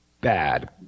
Bad